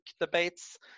debates